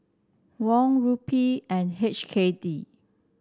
Won Rupee and H K D